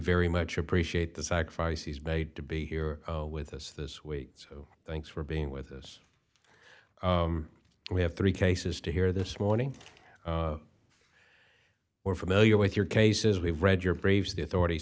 very much appreciate the sacrifice he's made to be here with us this week so thanks for being with us we have three cases to hear this morning we're familiar with your cases we've read your braves the authority